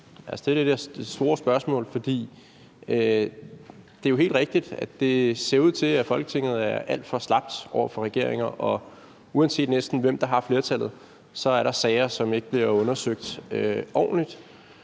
der er det store spørgsmål. Det er helt rigtigt, at det ser ud til, at Folketinget er alt for slapt over for regeringen, og uanset næsten hvem der har flertallet, er der sager, som ikke bliver undersøgt ordentligt.